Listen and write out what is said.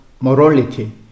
morality